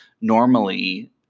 normally